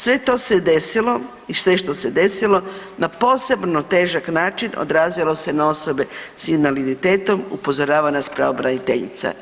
Sve to se desilo i sve što se desilo na posebno težak način odrazilo se na osobe s invaliditetom upozorava nas pravobraniteljica.